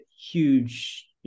huge